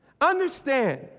understand